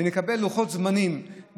ונקבל לוחות זמנים.